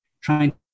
trying